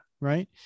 Right